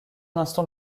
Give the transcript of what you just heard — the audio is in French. instant